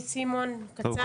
סימון, בבקשה.